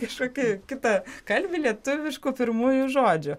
kažkokį kita kalbį lietuviškų pirmųjų žodžių